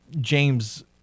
James